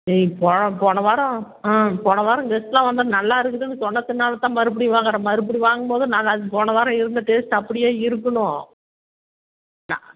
ஆ போன போன வாரம் ஆ போன வாரம் கெஸ்டெலாம் வந்து நல்லா இருக்குதுன்னு சொன்னத்துனால் தான் மறுபடியும் வாங்குகிறேன் மறுபடியும் வாங்கும் போது நல்லா இரு போன வாரம் இருந்த டேஸ்ட்டு அப்படியே இருக்கணும்